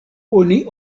oni